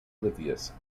oblivious